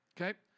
Okay